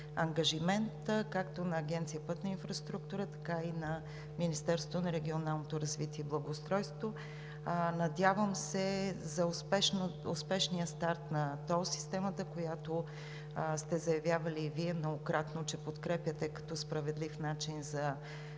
както на Агенция „Пътна инфраструктура“, така и на Министерството на регионалното развитие и благоустройството. Надявам се за успешния старт на тол системата, за която сте заявявали многократно, че подкрепяте – като справедлив начин за